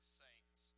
saints